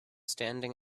standing